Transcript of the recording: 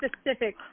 specific